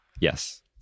Yes